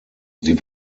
sie